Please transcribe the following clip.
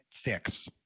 six